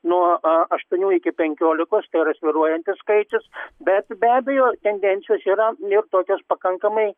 nuo a aštuonių iki penkiolikos tai yra svyruojantis skaičius bet be abejo tendencijos yra ir tokios pakankamai